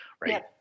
right